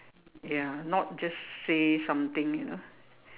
ya not just say something you know